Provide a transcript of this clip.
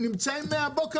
נמצאים בזמן מהבוקר,